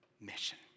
mission